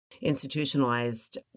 institutionalized